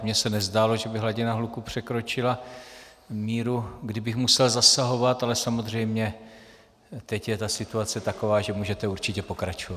Mně se nezdálo, že by hladina hluku překročila míru, kdy bych musel zasahovat, ale samozřejmě teď je ta situace taková, že můžete určitě pokračovat.